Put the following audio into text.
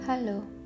Hello